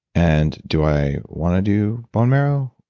and do i want to do bone marrow?